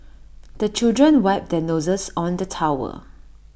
the children wipe their noses on the towel